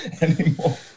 anymore